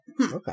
Okay